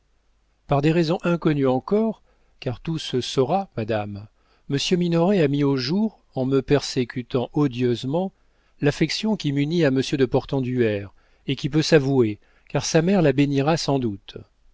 par des raisons inconnues encore car tout se saura madame monsieur minoret a mis au jour en me persécutant odieusement l'affection qui m'unit à monsieur de portenduère et qui peut s'avouer car sa mère la bénira sans doute